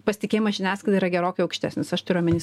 pasitikėjimas žiniasklaida yra gerokai aukštesnis aš turiu omeny